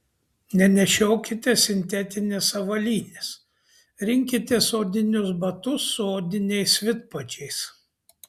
nenešiokite sintetinės avalynės rinkitės odinius batus su odiniais vidpadžiais